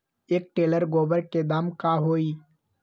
एक टेलर गोबर के दाम का होई?